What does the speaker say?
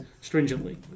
stringently